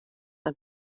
dan